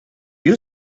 you